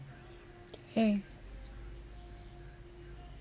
eh